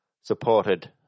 supported